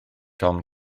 tom